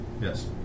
yes